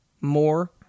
more